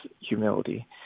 humility